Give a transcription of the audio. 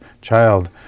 child